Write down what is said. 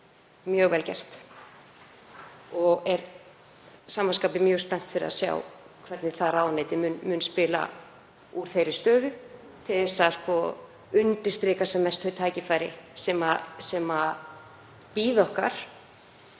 mjög vel gert. Ég er að sama skapi mjög spennt fyrir að sjá hvernig það ráðuneyti mun spila úr þeirri stöðu til að undirstrika sem mest þau tækifæri sem bíða okkar